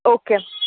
okay